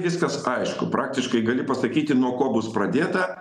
viskas aišku praktiškai gali pasakyti nuo ko bus pradėta